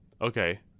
Okay